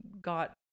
got